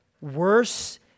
worse